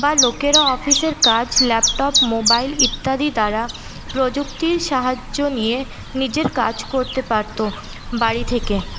বা লোকেরা অফিসের কাজ ল্যাপটপ মোবাইল ইত্যাদি দ্বারা প্রযুক্তির সাহায্য নিয়ে নিজের কাজ করতে পারতো বাড়ি থেকে